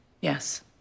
Yes